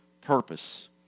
purpose